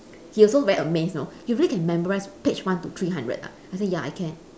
he also very amazed you know you really can memorise page one to three hundred ah I said ya I can